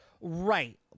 Right